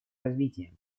развития